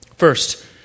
First